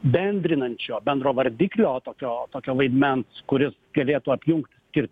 bendrinančio bendro vardiklio tokio tokio vaidmens kuris galėtų apjungt ir